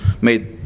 made